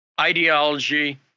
ideology